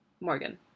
morgan